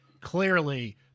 clearly